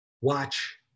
watch